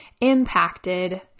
impacted